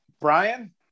Brian